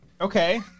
Okay